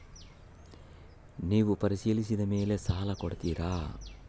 ನೇವು ಪರಿಶೇಲಿಸಿದ ಮೇಲೆ ಸಾಲ ಕೊಡ್ತೇರಾ?